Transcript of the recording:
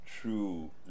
true